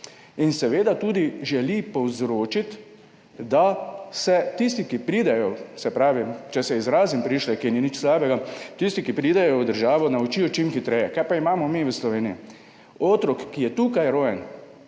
in seveda tudi želi, da se tisti, ki pridejo, se pravi, če se izrazim prišleki, ni nič slabega, tisti, ki pridejo v državo, naučijo čim hitreje. Kaj pa imamo mi v Sloveniji? Otrok, ki je tukaj rojen,